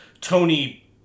Tony